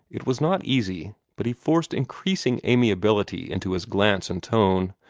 it was not easy, but he forced increasing amiability into his glance and tone.